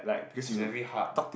is very hard